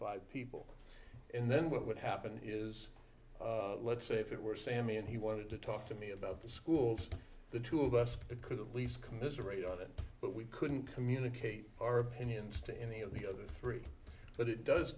five people in then what would happen is let's say if it were sammy and he wanted to talk to me about the schools the two of us could at least commiserate on it but we couldn't communicate our opinions to any of the other three but it does